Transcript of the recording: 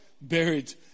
buried